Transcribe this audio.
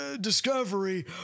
discovery